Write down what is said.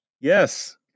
Yes